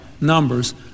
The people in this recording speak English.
numbers